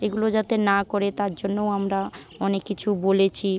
এগুলো যাতে না করে তার জন্যও আমরা অনেক কিছু বলেছি